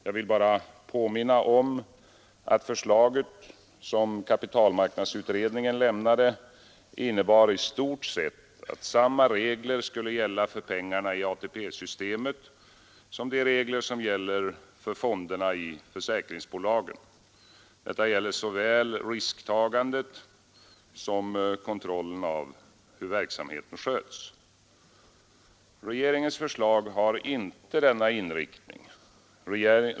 Jag vill bara påminna om att förslaget från kapitalmarknadsutredningen innebar i stort sett att samma regler skulle gälla för pengarna i ATP-systemet som för fonder i försäkringsbolagen. Detta gäller såväl risktagandet som kontrollen av hur verksamheten sköts. Regeringens förslag har inte denna inriktning.